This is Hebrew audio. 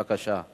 בבקשה.